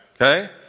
Okay